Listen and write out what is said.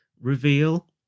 reveal